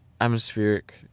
atmospheric